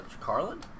Carlin